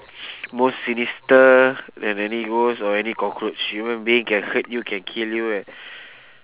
most sinister than any ghost or any cockroach human being can hurt you can kill you eh